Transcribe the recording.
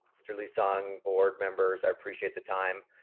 mr. lee-sung, board members. i appreciate the time.